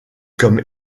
comme